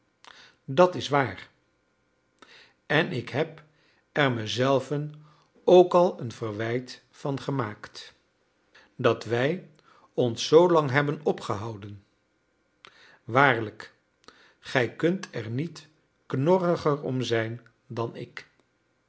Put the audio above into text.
dat is waar en ik heb er me zelven ook al een verwijt van gemaakt dat wij ons zoolang hebben opgehouden waarlijk gij kunt er niet knorriger om zijn dan ik